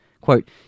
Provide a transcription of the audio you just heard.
Quote